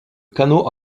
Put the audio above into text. canot